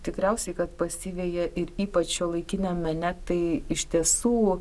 tikriausiai kad pasiveja ir ypač šiuolaikiniam mene tai iš tiesų